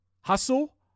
hustle